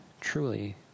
truly